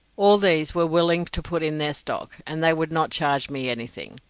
all these were willing to put in their stock, and they would not charge me anything.